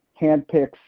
handpicks